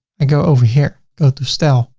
i go over here, go to style,